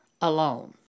alone